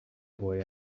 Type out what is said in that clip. boy